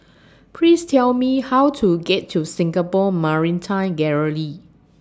Please Tell Me How to get to Singapore Maritime Gallery